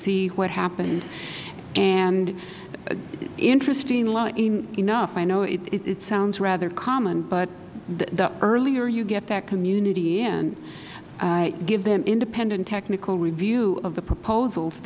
see what happened interestingly enough i know it sounds rather common but the earlier you get that community in give them independent technical review of the proposals